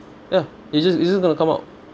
ya it just it just gonna come out